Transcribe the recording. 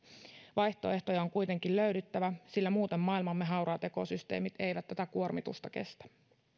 vaihtoehtoja on kuitenkin löydyttävä sillä muuten maailmamme hauraat ekosysteemit eivät tätä kuormitusta kestä